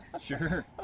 Sure